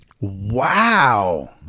Wow